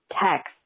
text